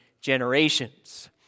generations